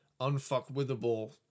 unfuckwithable